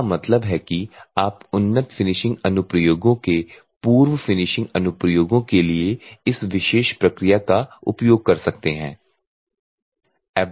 इसका मतलब है कि आप उन्नत फिनिशिंग अनुप्रयोगों के पूर्व फिनिशिंग अनुप्रयोगों के लिए इस विशेष प्रक्रिया का उपयोग कर सकते हैं